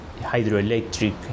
hydroelectric